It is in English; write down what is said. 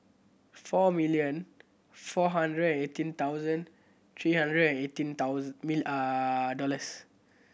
four million four hundred eighteen thousand three hundred and eighteen dollars